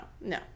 no